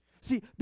See